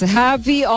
happy